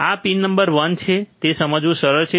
આ pin number one છે તે સમજવું સરળ છે